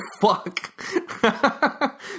fuck